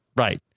Right